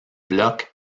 blocs